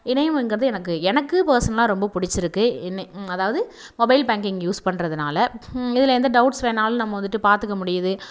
இணையம்கிறது எனக்கு எனக்கு பர்சனலாக ரொம்ப பிடிச்சிருக்கு இன்னே அதாவது மொபைல் பேங்கிங் யூஸ் பண்ணுறதுனால இதில் எந்த டவுட்ஸ் வேணாலும் நம்ம வந்துட்டு பார்த்துக்க முடியுது